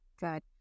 good